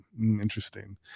Interesting